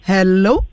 Hello